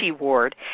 Ward